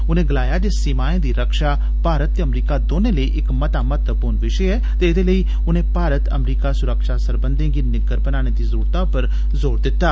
उनें गलाया जे सीमाएं दी रक्षा भारत ते अमरीका दौनें लेई इक मता महत्वपूर्ण विषय ऐ ते एह्दे लेई उनें भारत अमरीका सुरक्षा सरबंधें गी निग्गर बनाने दी जरूरतै पर जोर दित्ता